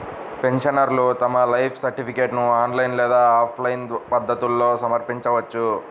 పెన్షనర్లు తమ లైఫ్ సర్టిఫికేట్ను ఆన్లైన్ లేదా ఆఫ్లైన్ పద్ధతుల్లో సమర్పించవచ్చు